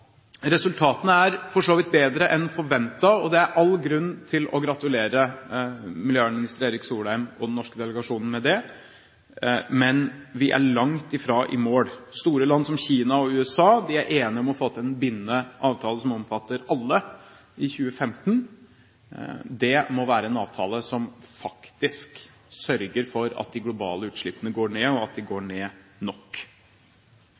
Resultatene er for så vidt bedre enn ventet, og det er all grunn til å gratulere miljøvernminister Erik Solheim og den norske delegasjonen med det. Men vi er langt fra i mål. Store land som Kina og USA er enige om å få til en bindende avtale som omfatter alle, i 2015. Det må være en avtale som faktisk sørger for at de globale utslippene går ned, og at de går ned nok.